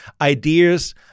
ideas